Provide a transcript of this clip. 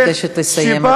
אני מבקשת לסיים,